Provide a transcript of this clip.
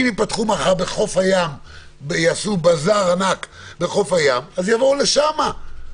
אם יפתחו מחר בחוף הים ויעשו בזאר ענק בחוף הים - יבואו לשם.